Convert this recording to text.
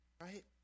right